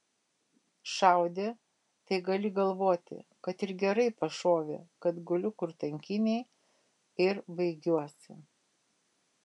šaudė tai gali galvoti kad ir gerai pašovė kad guliu kur tankynėje ir baigiuosi